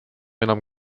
enam